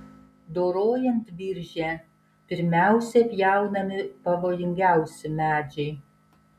dorojant biržę pirmiausia pjaunami pavojingiausi medžiai